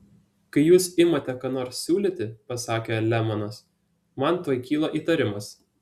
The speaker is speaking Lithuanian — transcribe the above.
kai jūs imate ką nors siūlyti pasakė lemanas man tuoj kyla įtarimas